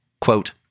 quote